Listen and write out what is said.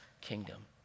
kingdom